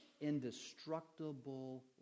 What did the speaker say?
Indestructible